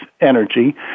energy